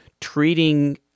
treating